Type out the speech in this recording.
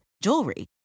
jewelry